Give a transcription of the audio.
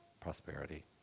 prosperity